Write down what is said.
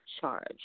charge